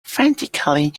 frantically